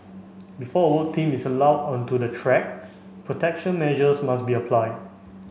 before a work team is allowed onto the track protection measures must be applied